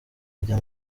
ajya